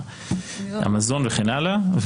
המזון וכן הלאה,